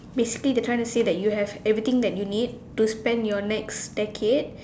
basically they're trying to say that you have everything that you need to spend your next decade